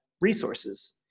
resources